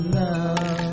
love